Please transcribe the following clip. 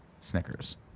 Snickers